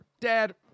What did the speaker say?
Dad